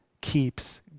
keeps